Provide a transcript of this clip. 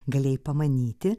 galėjai pamanyti